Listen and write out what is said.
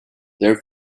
their